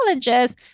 challenges